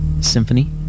Symphony